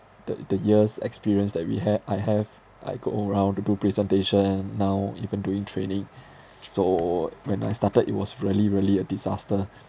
the the years experience that we ha~ I have I go around to do presentation now even doing training so when I started it was really really a disaster